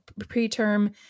preterm